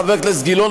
חבר הכנסת גילאון,